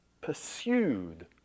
pursued